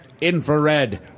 infrared